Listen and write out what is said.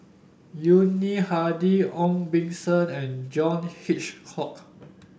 Yuni Hadi Ong Beng Seng and John Hitchcock